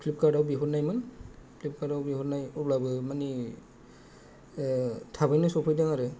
फ्लिपकार्डआव बिहरनायमोन फ्लिपकार्डआव बिहरनाय अब्लाबो माने थाबैनो सफैदों आरो